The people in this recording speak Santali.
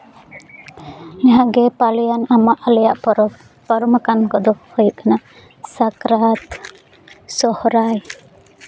ᱱᱟᱦᱟᱜ ᱜᱮ ᱯᱟᱞᱮᱭᱟᱱ ᱟᱢᱟᱜ ᱟᱞᱮᱭᱟᱱ ᱯᱚᱨᱚᱵᱽ ᱯᱟᱨᱚᱢᱟᱠᱟᱱ ᱠᱚᱫᱚ ᱦᱩᱭᱩᱜ ᱠᱟᱱᱟ ᱥᱟᱠᱨᱟᱛ ᱥᱚᱦᱚᱨᱟᱭ